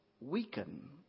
weaken